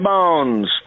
Bones